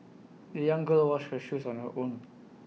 the young girl washed her shoes on her own